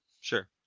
sure